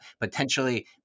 potentially